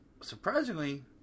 Surprisingly